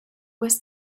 was